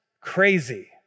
crazy